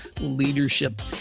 leadership